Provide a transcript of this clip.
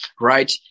right